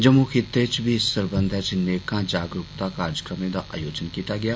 जम्मू खित्ते च बी इस सरबंधै च नेकां जागरूकता कार्यक्रमें दा आयोजन कीता गेआ